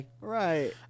right